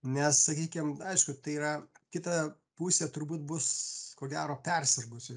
nes sakykim aišku tai yra kita pusė turbūt bus ko gero persirgusi